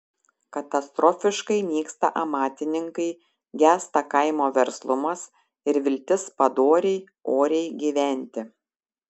katastrofiškai nyksta amatininkai gęsta kaimo verslumas ir viltis padoriai oriai gyventi